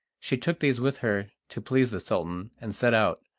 she took these with her to please the sultan, and set out,